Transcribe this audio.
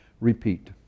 repeat